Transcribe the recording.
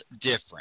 different